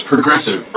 Progressive